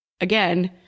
again